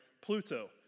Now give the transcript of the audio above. Pluto